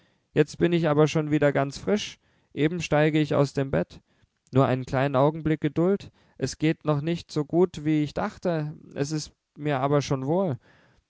jetzt bin ich aber schon wieder ganz frisch eben steige ich aus dem bett nur einen kleinen augenblick geduld es geht noch nicht so gut wie ich dachte es ist mir aber schon wohl